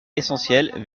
essentielle